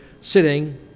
sitting